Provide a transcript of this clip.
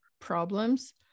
problems